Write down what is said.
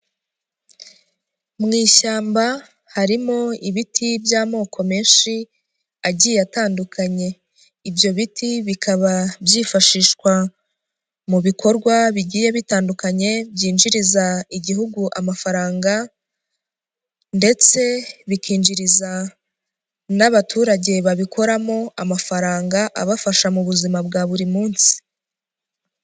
Mu ishyamba harimo ibiti by'amoko menshi agiye atandukanye, ibyo biti bikaba byifashishwa mu bikorwa bigiye bitandukanye byinjiriza igihugu amafaranga ndetse bikinjiriza n'abaturage babikoramo amafaranga, abafasha mu buzima bwa buri munsi.